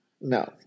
No